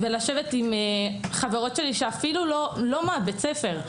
לשבת עם חברות שהן לא מבית הספר,